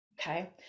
okay